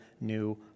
new